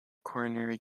coronary